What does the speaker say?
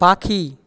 পাখি